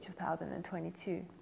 2022